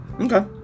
Okay